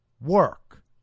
work